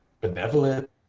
benevolent